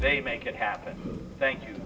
they make it happen thank you